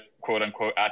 quote-unquote